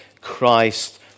Christ